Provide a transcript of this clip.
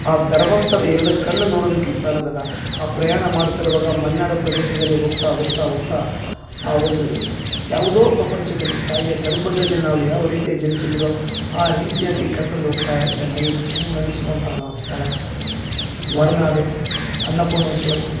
ಆ ಧರ್ಮಸ್ಥಳ ಎರಡು ಕಣ್ಣು ನೋಡೋದಕ್ಕೆ ಸಾಲದಲ್ಲ ಆ ಪ್ರಯಾಣ ಮಾಡುತ್ತಿರ್ವಾಗ ಮಲ್ನಾಡ ಪ್ರದೇಶದಲ್ಲಿ ಹೋಗ್ತಾ ಹೋಗ್ತಾ ಹೋಗ್ತಾ ಆ ಒಂದು ಯಾವುದೋ ಪ್ರಪಂಚದಲ್ಲಿ ತಾಯಿಯ ಗರ್ಭದಲ್ಲಿ ನಾವು ಯಾವ ರೀತಿಯ ಜನಿಸಿದೆವೋ ಆ ರೀತ್ಯಾಗಿ ಕರ್ಕೊಂಡೋಗ್ತಾ ಇರತ್ತೆ ಮೈ ಜುಮ್ ಎನ್ನಿಸುವಂತಹ ಸ್ಥಳ ಹೊರ್ನಾಡು ಅನ್ನಪೂರ್ಣೇಶ್ವರಿ